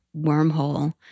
wormhole